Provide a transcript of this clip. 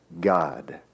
God